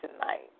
tonight